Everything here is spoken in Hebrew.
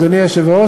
אדוני היושב-ראש,